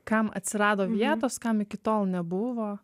kam atsirado vietos kam iki tol nebuvo